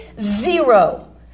Zero